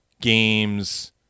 games